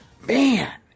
man